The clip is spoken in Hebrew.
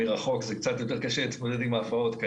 מרחוק קצת יותר קשה להתמודד עם ההפרעות.